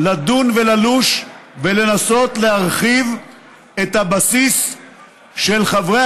לדון וללוש ולנסות להרחיב את הבסיס של חברי